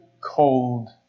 cold